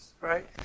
right